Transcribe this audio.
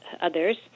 others